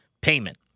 payment